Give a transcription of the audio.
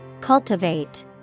Cultivate